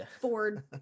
Ford